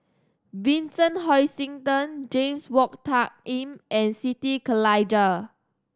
Vincent Hoisington James Wong Tuck Yim and Siti Khalijah